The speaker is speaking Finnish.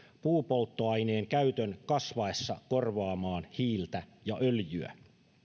puupolttoaineen käytön kasvaessa korvaamaan hiiltä ja öljyä